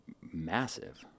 massive